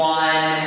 one